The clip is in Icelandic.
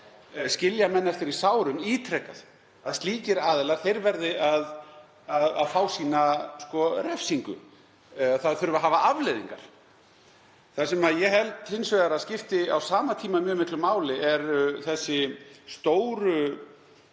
skilja menn eftir í sárum ítrekað, verði að fá sína refsingu, það þurfi að hafa afleiðingar. Það sem ég held hins vegar að skipti á sama tíma mjög miklu máli eru þessi stóru